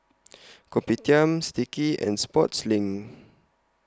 Kopitiam Sticky and Sportslink